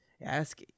ask